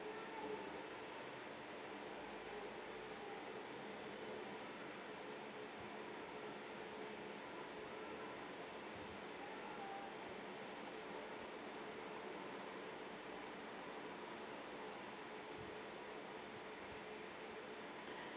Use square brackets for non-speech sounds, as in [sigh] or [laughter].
[breath]